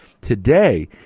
Today